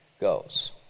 goes